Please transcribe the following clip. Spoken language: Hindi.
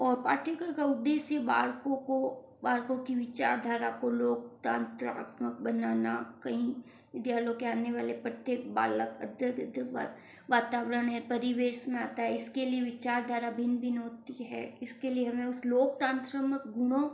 और पाठ्यक्रम का उद्देश्य बालकों को बालकों की विचारधारा को लोकतंत्रात्मक बनाना कहीं विद्यालयों के आने वाले प्रत्येक बालक अत्यधिक वातावरण या परिवेश में आता है इसके लिए विचारधारा भिन्न भिन्न होती है इसके लिए हमें उस लोकतंत्रात्मक गुणों